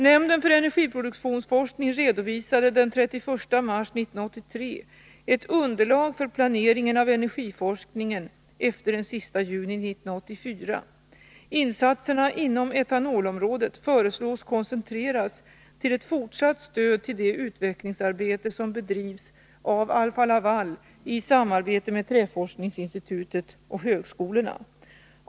Nämnden för energiproduktionsforskning redovisade den 31 mars 1983 ett underlag för planeringen av energiforskningen efter den sista juni 1984. Insatserna inom etanolområdet föreslås koncentreras till ett fortsatt stöd till det utvecklingsarbete som bedrivs av Alfa-Laval i samarbete med Träforskningsinstitutet och högskolorna.